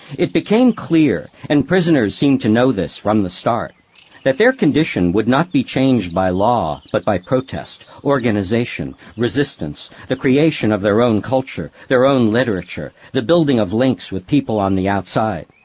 it became clear-and and prisoners seemed to know this from the start that their condition would not be changed by law, but by protest, organization, resistance, the creation of their own culture, their own literature, the building of links with people on the outside.